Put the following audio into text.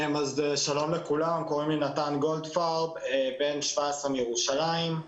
אני בן 17 מירושלים.